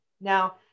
Now